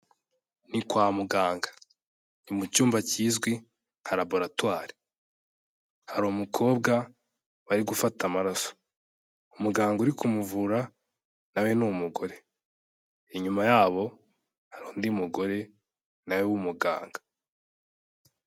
Ni kwa muganga. Ni mu cyumba kizwi, nka laboratwari. Hari umukobwa bari gufata amaraso. Umuganga uri kumuvura, nawe ni umugore. Inyuma yabo hari undi mugore, nawe w'umuganga.